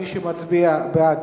מי שמצביע בעד,